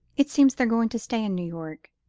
it seems they're going to stay in new york.